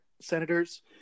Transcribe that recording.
senators